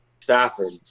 Stafford